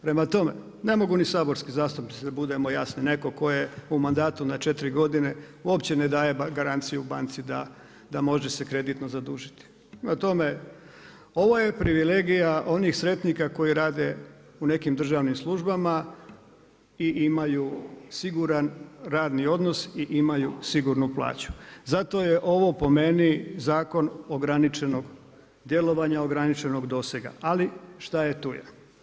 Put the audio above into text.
Prema tome, ne mogu ni saborski zastupnici, netko tko je u mandatu u 4 godine, uopće ne daje garanciju banci da može se kreditno zadužiti, prema tome ovo je privilegija onih sretnika koji rade u nekim državnim službama i imaju siguran radni odnos i imaju sigurnu plaću, zato je ovo po meni zakon ograničenog djelovanja, ograničenog dosega, ali šta je tu je.